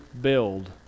build